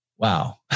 Wow